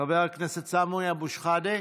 חבר הכנסת סמי אבו שחאדה?